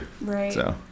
Right